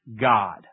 God